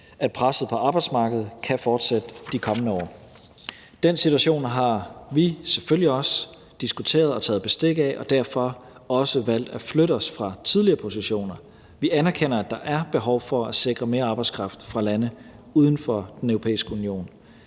at presset på arbejdsmarkedet kan fortsætte de kommende år. Den situation har vi selvfølgelig også diskuteret og taget bestik af, og vi har derfor også valgt at flytte os fra tidligere positioner. Vi anerkender, at der er behov for at sikre mere arbejdskraft fra lande uden for Den Europæiske Union.